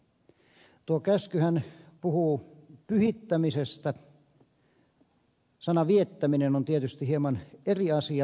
tuo käskyhän puhuu pyhittämisestä sana viettäminen on tietysti hieman eri asia